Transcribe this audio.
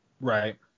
Right